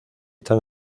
tan